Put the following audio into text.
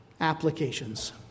applications